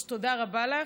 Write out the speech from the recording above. אז תודה רבה לך,